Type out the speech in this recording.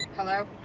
hello?